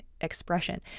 expression